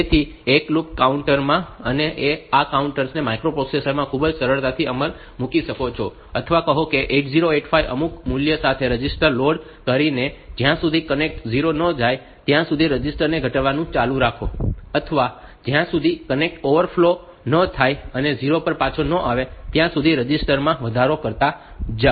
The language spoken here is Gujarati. તેથી એક લૂપ કાઉન્ટર માં તમે આ કાઉન્ટર્સ ને માઇક્રોપ્રોસેસર્સ માં ખૂબ જ સરળતાથી અમલમાં મૂકી શકો છો અથવા કહો કે 8085 અમુક મૂલ્ય સાથે રજિસ્ટર લોડ કરીને અને જ્યાં સુધી કન્ટેન્ટ 0 ન થઈ જાય ત્યાં સુધી રજિસ્ટર ને ઘટાડવાનું ચાલુ રાખો અથવા જ્યાં સુધી કન્ટેન્ટ ઓવરફ્લો ન થાય અને 0 પર પાછા ન આવે ત્યાં સુધી તમે રજિસ્ટર માં વધારો કરતા જાવ